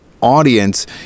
audience